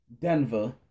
Denver